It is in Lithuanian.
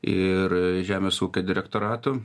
ir žemės ūkio direktoratu